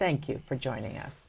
thank you for joining us